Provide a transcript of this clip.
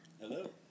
Hello